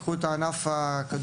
קחו לדוגמה את ענף הכדור-רשת,